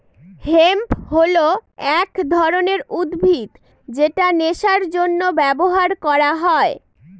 hemp হল এক ধরনের উদ্ভিদ যেটা নেশার জন্য ব্যবহার করা হয়